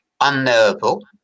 unknowable